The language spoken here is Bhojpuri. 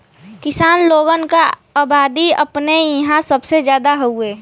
किसान लोगन क अबादी अपने इंहा सबसे जादा हउवे